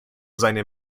seine